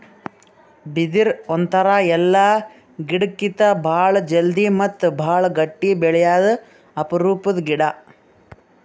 ಬಿದಿರ್ ಒಂಥರಾ ಎಲ್ಲಾ ಗಿಡಕ್ಕಿತ್ತಾ ಭಾಳ್ ಜಲ್ದಿ ಮತ್ತ್ ಭಾಳ್ ಗಟ್ಟಿ ಬೆಳ್ಯಾದು ಅಪರೂಪದ್ ಗಿಡಾ